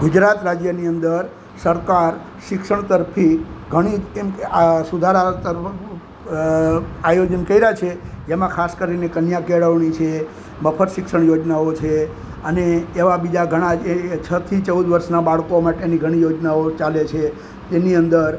ગુજરાત રાજ્યની અંદર સરકાર શિક્ષણ તરફી ઘણી ઉત્તમ સુધારા તરફ આયોજન કર્યા છે જેમાં ખાસ કરીને કન્યા કેળવણી છે મફત શિક્ષણ યોજનાઓ છે અને એવા બીજા ઘણા જે છથી ચૌદ વર્ષનાં બાળકો માટેની ઘણી યોજનાઓ ચાલે છે એની અંદર